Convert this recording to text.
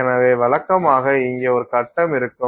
எனவே வழக்கமாக இங்கே ஒரு கட்டம் இருக்கும்